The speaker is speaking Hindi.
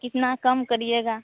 कितना कम करिएगा